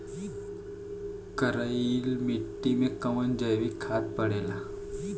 करइल मिट्टी में कवन जैविक खाद पड़ेला?